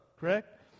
correct